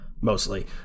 mostly